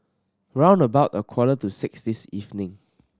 round about a quarter to six this evening